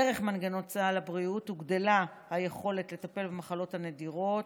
דרך מנגנון סל הבריאות הוגדלה היכולת לטפל במחלות הנדירות